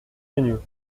venues